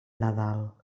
nadal